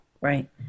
Right